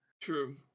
True